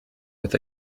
with